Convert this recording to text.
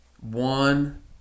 One